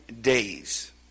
days